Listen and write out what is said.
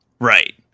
Right